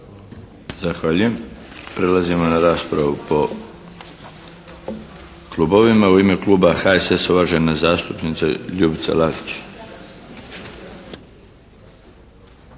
Zahvaljujem. Prelazimo na raspravu po klubovima. U ime kluba HSS-a, uvažena zastupnica Ljubica Lalić.